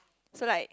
so like